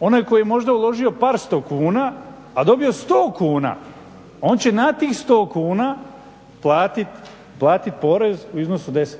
onaj koji je možda uložio par sto kuna, a dobio 100 kuna, on će na tih 100 kuna platiti porez u iznosu od 10%.